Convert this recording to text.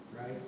right